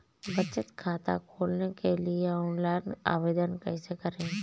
बचत खाता खोलने के लिए ऑनलाइन आवेदन कैसे करें?